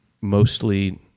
Mostly